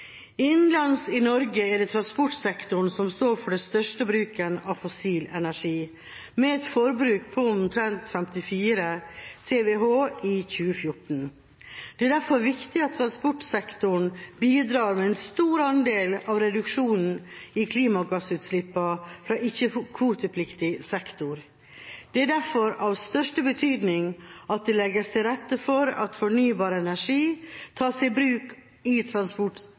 i Norge er det transportsektoren som står for den største bruken av fossil energi, med et forbruk på omtrent 54 TWh i 2014. Det er derfor viktig at transportsektoren bidrar med en stor andel av reduksjonen i klimagassutslippene fra ikke-kvotepliktig sektor. Det er derfor av største betydning at det legges til rette for at fornybar energi tas i bruk i